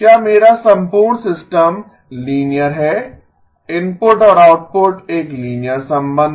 क्या मेरा संपूर्ण सिस्टम लीनियर है इनपुट और आउटपुट एक लीनियर संबंध है